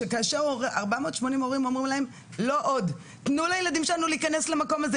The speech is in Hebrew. שכאשר 480 אומרים להם "לא עוד! תנו לילדים שלנון להיכנס למקום הזה,